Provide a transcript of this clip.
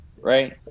right